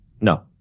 No